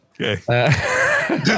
Okay